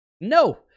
No